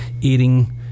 eating